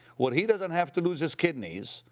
where he doesn't have to lose his kidneys,